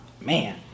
man